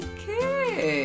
Okay